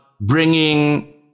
bringing